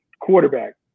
quarterback